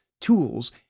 tools